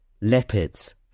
leopards